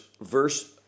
verse